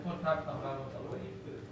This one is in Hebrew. לכל קו 440 שקלים.